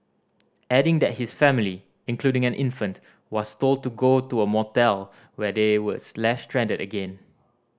adding that his family including an infant was told to go to a motel where they was left stranded again